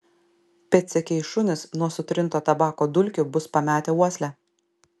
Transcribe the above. pėdsekiai šunys nuo sutrinto tabako dulkių bus pametę uoslę